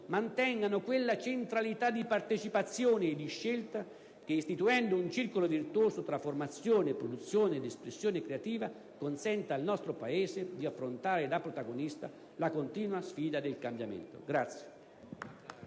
mantenga quella centralità di partecipazione e di scelta che, istituendo un circolo virtuoso tra formazione, produzione ed espressione creativa, consenta al nostro Paese di affrontare da protagonista la continua sfida del cambiamento.